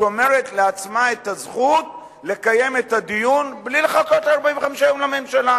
לשמור לעצמה את הזכות לקיים את הדיון בלי לחכות 45 יום לממשלה.